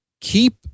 Keep